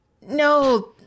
No